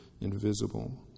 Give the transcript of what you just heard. invisible